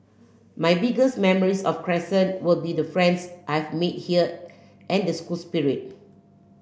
my biggest memories of Crescent will be the friends I've made here and the school spirit